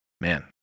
man